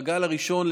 בגל הראשון,